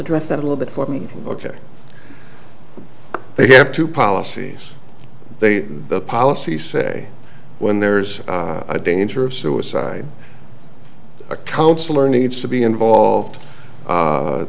address that a little bit for me ok they have two policies they the policy say when there's a danger of suicide a counselor needs to be involved